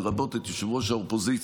לרבות את ראש האופוזיציה,